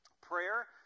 prayer